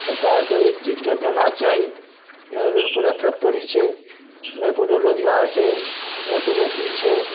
सरकारके एहि चीजके देना चाही नहि एकोटा फैक्टरी छै नहि कोनो रोजगार छै नहि कोनो चीज छै